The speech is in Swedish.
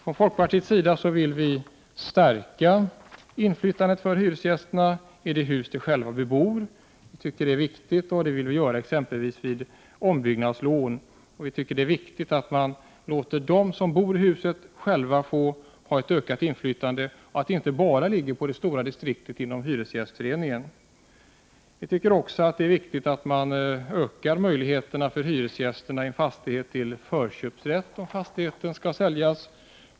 Vii folkpartiet vill stärka hyresgästernas inflytande i det hus som de bebor. Det är viktigt, och det gäller exempelvis när det är fråga om ombyggnadslån. Vidare tycker vi att det är viktigt att låta dem som bor i ett hus få ett ökat inflytande. Det är ju inte bara det stora distriktet inom Hyresgästföreningen som skall ha ett inflytande. Dessutom tycker vi att det är viktigt att hyresgäster i en fastighet får ökade möjligheter till förköp om fastigheten skall säljas.